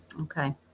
Okay